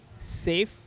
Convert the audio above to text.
safe